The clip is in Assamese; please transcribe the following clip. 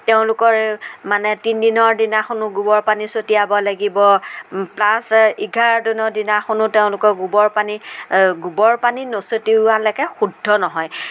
তেওঁলোকৰ মানে তিনদিনৰ দিনাখনো গোবৰ পানী ছটিয়াব লাগিব প্লাছ এঘাৰ দিনৰ দিনাখনো তেওঁলোকে গোবৰ পানী গোবৰ পানী নছটিওৱালৈকে তেওঁলোকে শুদ্ধ নহয়